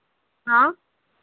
हाँ